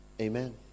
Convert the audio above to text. Amen